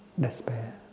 despair